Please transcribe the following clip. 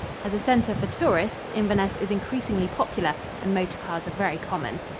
as a center for tourists, inverness is increasingly popular and motor cars are very common.